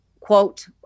quote